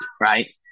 right